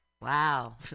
Wow